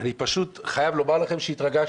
אני פשוט חייב לומר לכם שהתרגשתי.